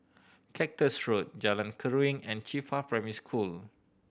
Cactus Road Jalan Keruing and Qifa Primary School